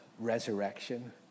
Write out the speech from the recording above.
resurrection